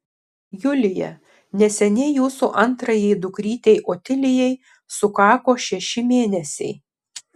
julija neseniai jūsų antrajai dukrytei otilijai sukako šeši mėnesiai